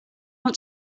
want